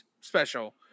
special